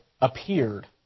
appeared